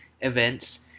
events